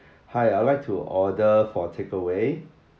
hi I like to order for takeaway